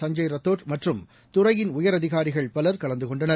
சஞ்ஜெய் ரத்தோட் மற்றும் துறையின் உயரதிகாரிகள் பலர் கலந்து கொண்டனர்